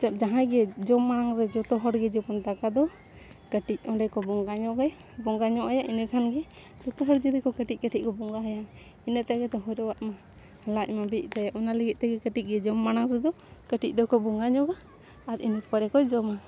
ᱪᱮᱫ ᱡᱟᱦᱟᱸᱭ ᱜᱮ ᱡᱚᱢ ᱢᱟᱲᱟᱝ ᱨᱮ ᱡᱷᱚᱛᱚ ᱦᱚᱲ ᱜᱮ ᱡᱮᱢᱚᱱ ᱫᱟᱠᱟ ᱫᱚ ᱠᱟᱹᱴᱤᱡ ᱚᱸᱰᱮ ᱠᱚ ᱵᱚᱸᱜᱟ ᱧᱚᱜ ᱟᱭᱟ ᱵᱚᱸᱜᱟ ᱧᱚᱜ ᱟᱭᱟ ᱤᱱᱟᱹ ᱠᱷᱟᱱ ᱜᱮ ᱡᱷᱚᱛᱚ ᱦᱚᱲ ᱡᱩᱫᱤ ᱠᱚ ᱠᱟᱹᱴᱤᱡ ᱠᱟᱹᱴᱤᱡ ᱠᱚ ᱵᱚᱸᱜᱟᱣᱟᱭᱟ ᱤᱱᱟᱹ ᱛᱮᱜᱮ ᱫᱚᱦᱚᱣᱟᱜ ᱢᱟ ᱞᱟᱡ ᱢᱟ ᱵᱤᱜ ᱛᱟᱭᱟ ᱚᱱᱟ ᱞᱟᱹᱜᱤᱫ ᱛᱮᱜᱮ ᱠᱟᱹᱴᱤᱡ ᱜᱮ ᱡᱚᱢ ᱢᱟᱲᱟᱝ ᱨᱮᱫᱚ ᱠᱟᱹᱴᱤᱡ ᱫᱚᱠᱚ ᱵᱚᱸᱜᱟ ᱧᱚᱜᱟ ᱟᱨ ᱤᱱᱟᱹ ᱯᱚᱨᱮ ᱠᱚ ᱡᱚᱢᱟ